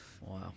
Wow